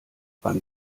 beim